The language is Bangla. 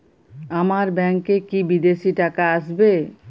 আমার ব্যংকে কি বিদেশি টাকা আসবে?